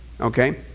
okay